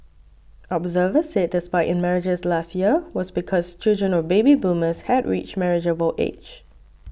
observers said the spike in marriages last year was because children of baby boomers had reached marriageable age